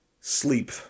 Sleep